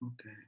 Okay